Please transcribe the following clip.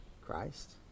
Christ